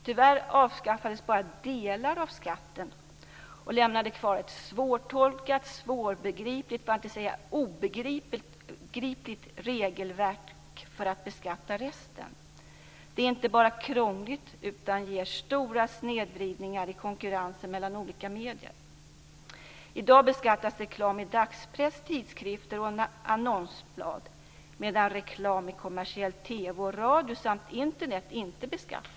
Tyvärr avskaffades bara delar av skatten och lämnade kvar ett svårtolkat och svårbegripligt, för att inte säga obegripligt, regelverk för att beskatta resten. Det är inte bara krångligt, utan det ger stora snedvridningar i konkurrensen mellan olika medier. I dag beskattas reklam i dagspress, tidskrifter och annonsblad, medan reklam i kommersiell TV och radio samt på Internet inte beskattas.